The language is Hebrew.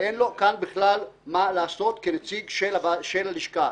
אין לו כאן בכלל מה לעשות כנציג של הלשכה,